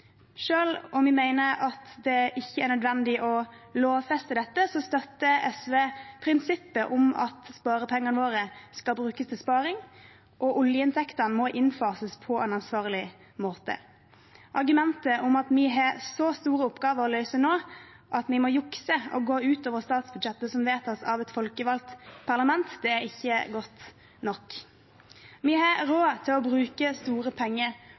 om vi mener at det ikke er nødvendig å lovfeste dette, støtter SV prinsippet om at sparepengene våre skal brukes til sparing, og at oljeinntektene må innfases på en ansvarlig måte. Argumentet om at vi nå har så store oppgaver å løse at vi må jukse og gå utover statsbudsjettet, som vedtas av et folkevalgt parlament, er ikke godt nok. Vi har råd til å bruke store penger